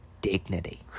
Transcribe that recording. dignity